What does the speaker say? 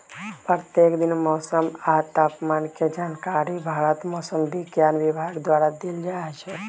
प्रत्येक दिन मौसम आ तापमान के जानकारी भारत मौसम विज्ञान विभाग द्वारा देल जाइ छइ